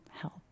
help